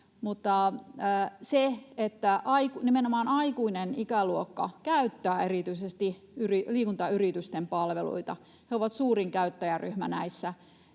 mutta nimenomaan aikuinen ikäluokka käyttää erityisesti liikuntayritysten palveluita ja on suurin käyttäjäryhmä näissä,